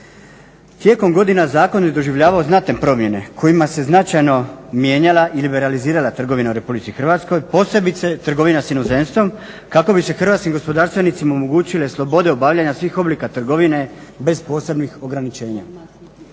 Tijekom godina zakon je doživljavao znatne promjene kojima se značajno mijenjala i liberalizirala trgovina u Republici Hrvatskoj posebice trgovina sa inozemstvom kako bi se hrvatskim gospodarstvenicima omogućile slobode obavljanja svih oblika trgovine bez posebnih ograničenja.